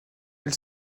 elle